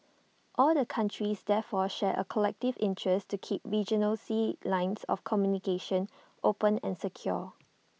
all countries therefore share A collective interest to keep regional sea lines of communication open and secure